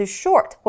short